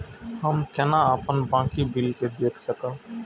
हम केना अपन बाकी बिल के देख सकब?